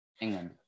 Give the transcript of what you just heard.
England